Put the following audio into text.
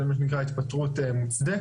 זה מה שנקרא התפטרות מוצדקת.